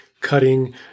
cutting